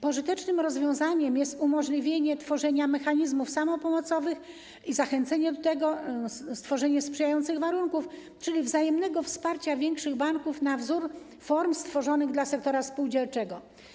Pożytecznym rozwiązaniem jest umożliwienie tworzenia mechanizmów samopomocowych i zachęcenie do tego poprzez stworzenie sprzyjających warunków, czyli wzajemnego wsparcia większych banków na wzór form stworzonych dla sektora spółdzielczego.